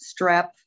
strep